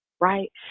Right